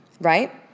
Right